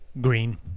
green